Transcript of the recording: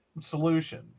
solution